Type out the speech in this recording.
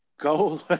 go